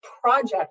project